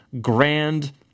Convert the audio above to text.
grand